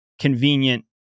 convenient